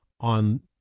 on